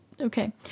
okay